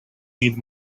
need